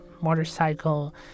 motorcycle